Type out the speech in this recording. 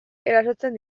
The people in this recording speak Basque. erasotzen